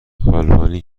آلبانی